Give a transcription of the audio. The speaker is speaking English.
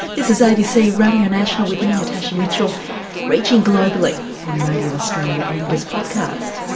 this is abc radio national with me natasha mitchell reaching globally on radio australia and as podcast.